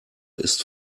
ist